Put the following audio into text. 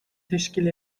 teşkil